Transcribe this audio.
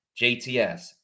JTS